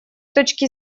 точки